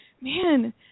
man